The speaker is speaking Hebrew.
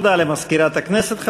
תודה למזכירת הכנסת.